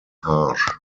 harsh